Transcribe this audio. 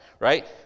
right